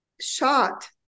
shot